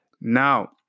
Now